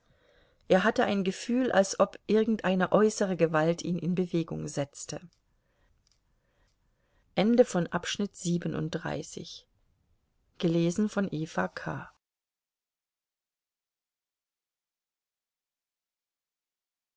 er hatte ein gefühl als ob irgendeine äußere gewalt ihn in bewegung setzte